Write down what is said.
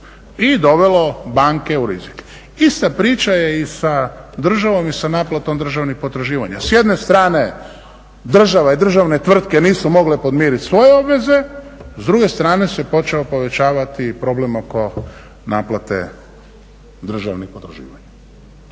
i dovelo banke u rizik. Ista priča je i sa državom i sa naplatom državnih potraživanja. S jedne strane država i državne tvrtke nisu mogle podmirit svoje obaveze, s druge strane se počeo povećavati problem oko naplate državnih potraživanja.